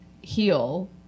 heal